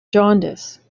jaundice